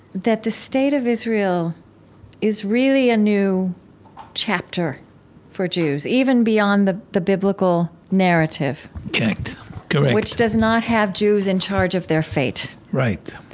the state of israel is really a new chapter for jews even beyond the the biblical narrative correct which does not have jews in charge of their fate right